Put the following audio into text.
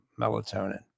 melatonin